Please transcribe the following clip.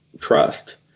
trust